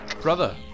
Brother